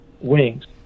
wings